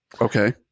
Okay